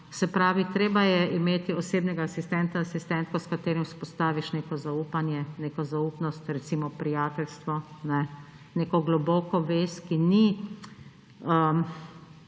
Treba je imeti osebnega asistenta, asistentko, s katerim vzpostaviš neko zaupanje, neko zaupnost, recimo prijateljstvo, neko globoko vez, ki ni